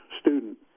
student